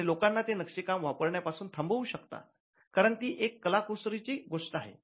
आणि लोकांना ते नक्षीकाम वापरण्यासाठी थांबवू शकतात कारण ती एक कलाकुसरीची गोष्ट आहे